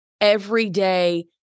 everyday